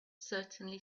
certainly